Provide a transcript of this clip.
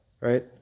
right